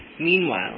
Meanwhile